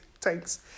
Thanks